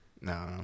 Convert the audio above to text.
No